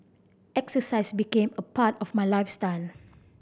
exercise became a part of my lifestyle